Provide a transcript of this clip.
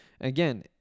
Again